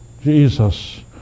Jesus